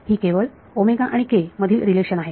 ही केवळ आणि k मधील रिलेशन आहे